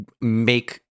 make